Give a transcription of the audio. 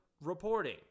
reporting